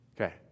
Okay